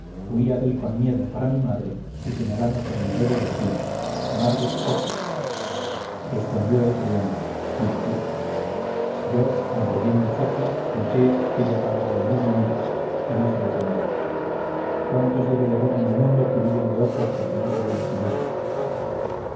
huía dél con miedo para mi madre y señalando con el dedo decía madre coco respondió él riendo hideputa yo aunque bien mochacho noté aquella palabra de mi hermanico y dije entre mí cuántos debe de haber en el mundo que huyen de otros porque no se ven a sí mesmos